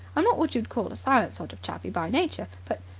i'm not what you'd call a silent sort of chappie by nature. but,